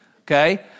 Okay